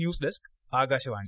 news desk Akashvani